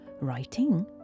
Writing